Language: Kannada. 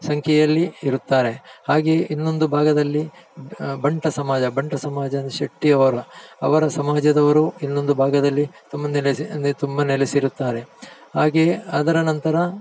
ಸಂಖ್ಯೆಯಲ್ಲಿ ಇರುತ್ತಾರೆ ಹಾಗೆಯೇ ಇನ್ನೊಂದು ಭಾಗದಲ್ಲಿ ಬಂಟ ಸಮಾಜ ಬಂಟ ಸಮಾಜ ಅಂದ್ರೆ ಶೆಟ್ಟಿ ಅವರ ಅವರ ಸಮಾಜದವರು ಇನ್ನೊಂದು ಭಾಗದಲ್ಲಿ ತುಂಬ ನೆಲೆಸಿ ಅಂದರೆ ತುಂಬ ನೆಲೆಸಿರುತ್ತಾರೆ ಹಾಗೆಯೇ ಅದರ ನಂತರ